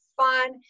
fun